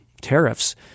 tariffs